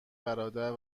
برادر